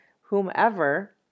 whomever